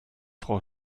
frau